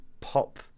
pop